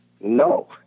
no